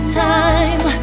time